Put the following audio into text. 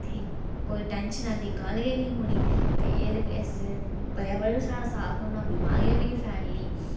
फ्ही टेंशन आह्ली कोई गल्ल गै नेईं होनी ते इस एह् पर्यावरण थोह्ड़ा साफ होना ते बमारियां निं फैलनियां